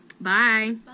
bye